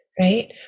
right